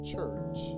Church